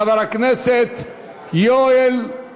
התשע"ה 2015, של חבר הכנסת יואל רזבוזוב.